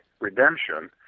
redemption